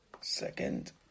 Second